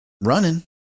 running